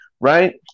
right